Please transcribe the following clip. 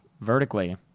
vertically